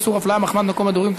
איסור הפליה מחמת מקום מגורים),